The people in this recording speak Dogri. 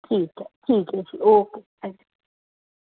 ठीक ऐ ठीक ऐ जी ओके थैंक यू